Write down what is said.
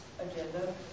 agenda